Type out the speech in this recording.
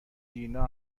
دینا